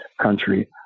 country